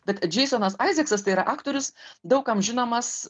bet džeksonas aiziksas tai yra aktorius daug kam žinomas